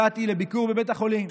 הגעתי לביקור בבית החולים.